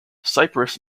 cyprus